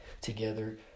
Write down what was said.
together